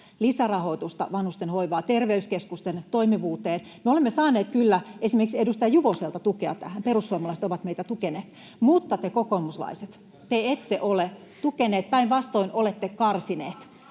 lisärahoitusta vanhustenhoivaan, terveyskeskusten toimivuuteen. Me olemme saaneet kyllä esimerkiksi edustaja Juvoselta tukea tähän, perussuomalaiset ovat meitä tukeneet, mutta te kokoomuslaiset ette ole tukeneet, päinvastoin olette karsineet,